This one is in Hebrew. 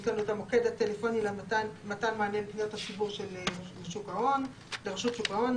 יש לנו את המוקד טלפוני למתן מענה לפניות הציבור לרשות שוק ההון,